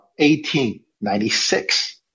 1896